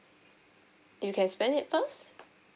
you can spend it first